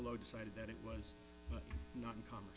below decided that it was not uncommon